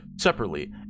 separately